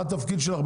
מה התפקיד שלך?